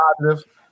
positive